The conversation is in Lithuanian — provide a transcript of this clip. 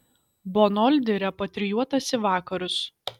bonoldi repatrijuotas į vakarus